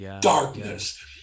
darkness